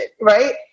Right